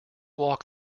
walk